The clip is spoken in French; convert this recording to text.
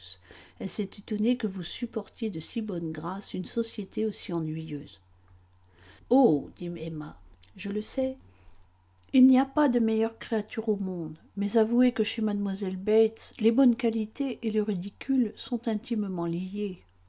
elle s'est étonnée que vous supportiez de si bonne grâce une société aussi ennuyeuse oh dit emma je le sais il n'y a pas de meilleure créature au monde mais avouez que chez mlle bates les bonnes qualités et le ridicule sont intimement liés